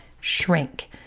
shrink